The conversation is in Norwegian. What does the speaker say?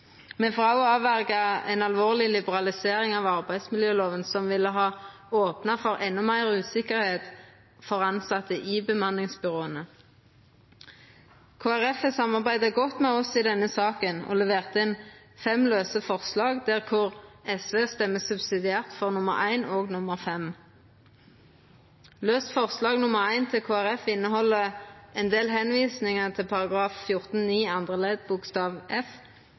Me hindrar òg ein alvorleg liberalisering av arbeidsmiljølova som ville ha opna for endå mindre tryggleik for tilsette i bemanningsbyråa. Kristeleg Folkeparti har samarbeidd godt med oss i denne saka og levert inn fem lause forslag, og SV vil røysta subsidiært for forslag nr. 7 og nr. 11. Forslag nr. 7, frå Kristeleg Folkeparti, viser ein del stader til § 14-9 andre ledd bokstav f,